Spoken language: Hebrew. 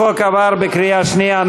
החוק עבר בקריאה שנייה.